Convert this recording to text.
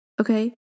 okay